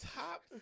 Top